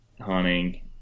hunting